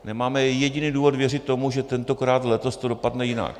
Nemáme jediný důvod věřit tomu, že tentokrát, letos to dopadne jinak.